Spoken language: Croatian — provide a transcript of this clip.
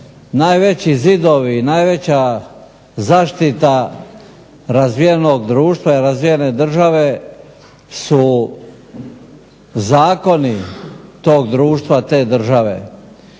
Najveći zidovi i najveća zaštita razvijenog društva i razvijene države su zakoni tog društva, te države.